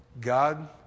God